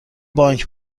بانک